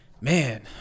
man